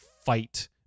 fight